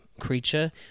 creature